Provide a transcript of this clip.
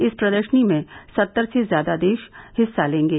इस प्रदर्शनी में सत्तर से ज्यादा देश हिस्सा लेंगे